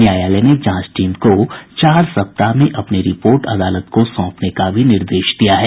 न्यायालय ने जांच टीम को चार सप्ताह में अपनी रिपोर्ट अदालत को सौंपने का भी निर्देश दिया है